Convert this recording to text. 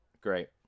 Great